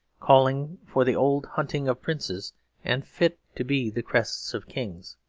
calling for the old hunting of princes and fit to be the crests of kings.